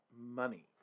money